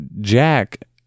Jack